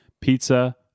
pizza